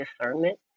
discernment